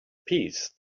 peace